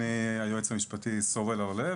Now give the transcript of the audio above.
אני היועץ המשפטי, סורל הרלב.